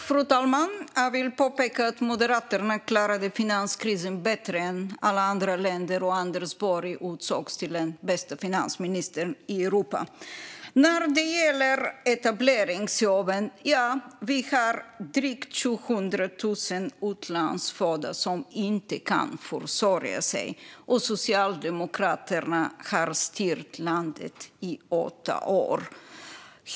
Fru talman! Jag vill påpeka att Moderaterna klarade finanskrisen bättre än alla andra länder, och Anders Borg utsågs till den bästa finansministern i Europa. När det gäller etableringsjobben har vi drygt 700 000 utlandsfödda som inte kan försörja sig, och Socialdemokraterna har styrt landet i åtta år.